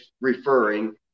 referring